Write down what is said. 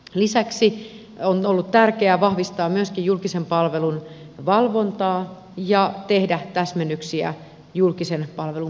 lisäksi on ollut tärkeää vahvistaa myöskin julkisen palvelun valvontaa ja tehdä täsmennyksiä julkisen palvelun määrittelyyn